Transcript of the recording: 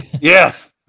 Yes